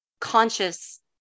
conscious